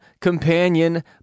companion